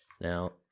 now